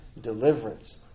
deliverance